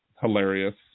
Hilarious